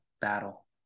battle